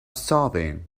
starving